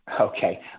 Okay